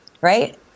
right